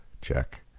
check